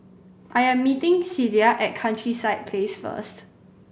I am meeting Cilla at Countryside Place first